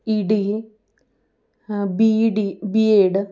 E D B D B ed